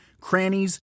crannies